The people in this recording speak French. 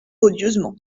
odieusement